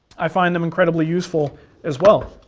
i find them incredibly useful as well.